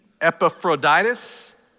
Epaphroditus